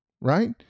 right